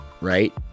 right